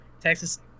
texas